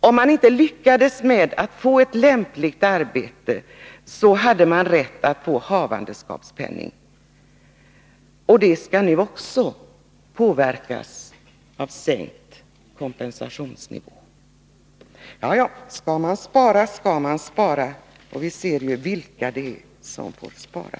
Om det inte gick att ordna ett lämpligt arbete åt dem, hade de rätt att få havandeskapspenning. Denna påverkas nu också av den tänkta kompensationsnivån. Ja, skall man spara så skall man spara! Och vi ser vilka det är som får betala.